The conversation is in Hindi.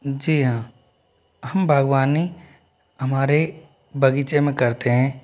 जी हाँ हम बाग़बानी हमारे बग़ीचे में करते हैं